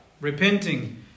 repenting